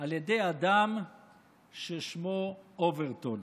על ידי אדם ששמו אוברטון.